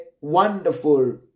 wonderful